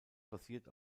basiert